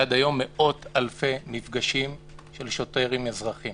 ועד היום, במאות אלפי מפגשים של שוטר עם אזרחים